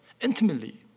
intimately